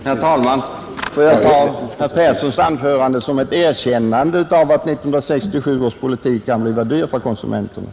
Herr talman! Får jag ta herr Perssons anförande som ett erkännande av att 1967 års politik kan bli dyr för konsumenterna?